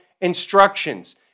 instructions